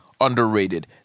underrated